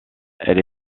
elle